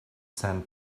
sand